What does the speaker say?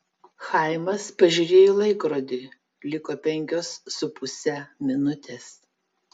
chaimas pažiūrėjo į laikrodį liko penkios su puse minutės